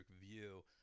view